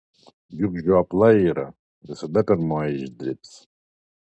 juk žiopla yra visada pirmoji išdribs